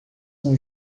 são